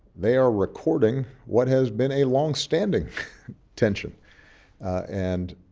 they are recording what has been a long-standing tension and